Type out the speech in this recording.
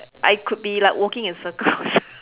I could be like walking in circles